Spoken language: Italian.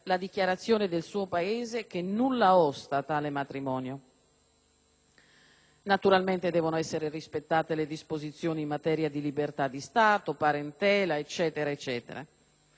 Naturalmente devono essere rispettate le disposizioni in materia di libertà di Stato, di parentela; nessun pericolo di introdurre la poligamia o l'incesto.